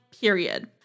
period